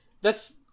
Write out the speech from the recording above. thats